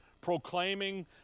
proclaiming